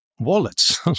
wallets